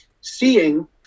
seeing